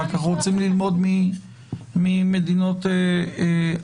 כי אנחנו רוצים ללמוד ממדינות אחרות.